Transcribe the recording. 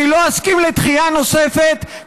אני לא אסכים לדחייה נוספת,